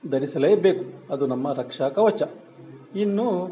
ಧರಿಸಲೇ ಬೇಕು ಅದು ನಮ್ಮ ರಕ್ಷಾ ಕವಚ ಇನ್ನು